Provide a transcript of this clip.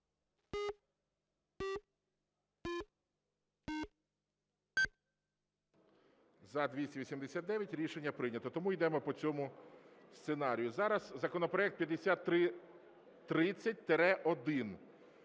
За-289 Рішення прийнято. Тому йдемо по цьому сценарію. Зараз законопроект 5330-1.